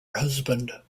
husband